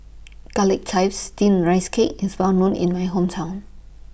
Garlic Chives Steamed Rice Cake IS Well known in My Hometown